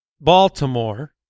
Baltimore